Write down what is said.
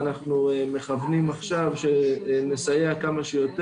אשמח שתתנו לנו רשימה של המסלולים והדרך לפנות כשהמסלול הירוק